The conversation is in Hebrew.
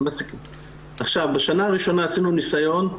בשנה הראשונה עשינו ניסיון,